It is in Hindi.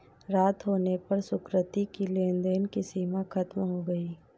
रात होने पर सुकृति की लेन देन की सीमा खत्म हो गई